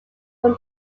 from